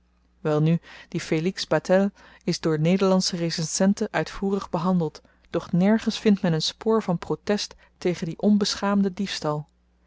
welnu die felix batel is door nederlandsche recensenten uitvoerig behandeld doch nergens vindt men n spoor van protest tegen dien onbeschaamden diefstal